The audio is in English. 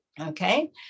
Okay